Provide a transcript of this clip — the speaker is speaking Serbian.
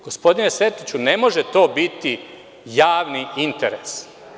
Gospodine Sertiću, ne može to biti javni interes.